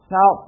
Now